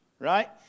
right